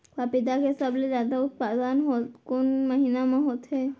पपीता के सबले जादा उत्पादन कोन महीना में होथे?